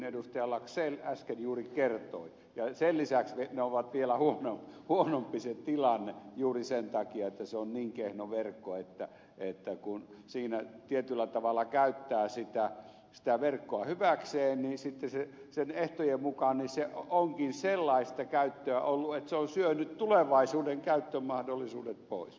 laxell äsken juuri kertoi ja sen lisäksi tilanne on vielä huonompi juuri sen takia että se on niin kehno verkko että kun siinä tietyllä tavalla käyttää sitä verkkoa hyväkseen ehtojen mukaan niin se onkin sellaista käyttöä ollut että se on syönyt tulevaisuuden käyttömahdollisuudet pois